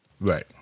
Right